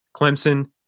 Clemson